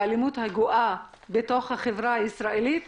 באלימות הגואה בתוך החברה הישראלית,